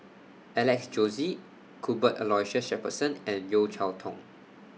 Alex Josey Cuthbert Aloysius Shepherdson and Yeo Cheow Tong